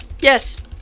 Yes